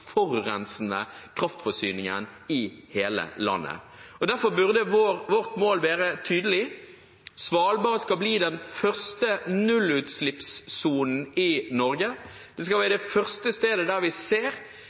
forurensende kraftforsyningen i hele landet. Derfor burde vårt mål være tydelig: Svalbard skal bli den første nullutslippssonen i Norge. Det skal være det første stedet der vi ser